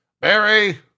Barry